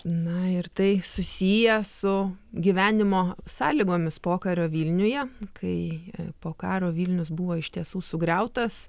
na ir tai susiję su gyvenimo sąlygomis pokario vilniuje kai po karo vilnius buvo iš tiesų sugriautas